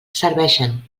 serveixen